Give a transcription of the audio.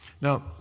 Now